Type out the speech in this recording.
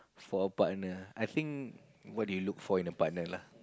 for a partner I think what do you look for in a partner lah